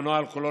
הנוהל כולו,